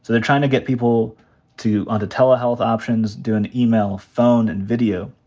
they're tryin' to get people to onto telehealth options, doin' email, phone and video.